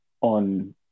on